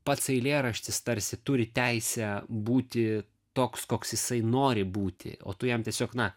pats eilėraštis tarsi turi teisę būti toks koks jisai nori būti o tu jam tiesiog na